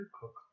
cook